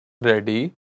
ready